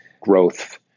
growth